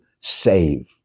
save